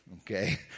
okay